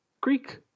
Greek